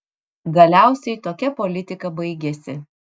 galiausiai tokia politika baigėsi